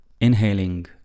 inhaling